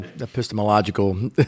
epistemological